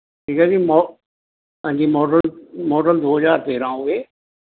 ਠੀਕ ਹੈ ਜੀ ਮੌ ਹਾਂਜੀ ਮੌਡਲ ਮੌਡਲ ਦੋ ਹਜ਼ਾਰ ਤੇਰਾਂ ਹੋਵੇ